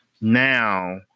Now